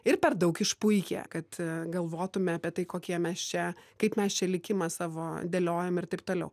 ir per daug išpuikę kad galvotume apie tai kokie mes čia kaip mes čia likimą savo dėliojam ir taip toliau